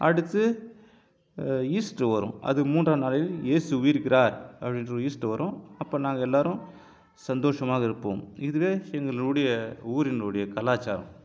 அடுத்து ஈஸ்ட்ரு வரும் அது மூன்றாம் நாளில் ஏசு உயிர்க்கிறார் அப்படின்ற ஈஸ்ட்ரு வரும் அப்போ நாங்கள் எல்லாேரும் சந்தோஷமாக இருப்போம் இதுவே எங்களினுடைய ஊரினுடைய கலாச்சாரம்